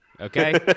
Okay